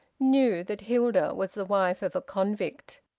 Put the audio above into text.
knew that hilda was the wife of a convict.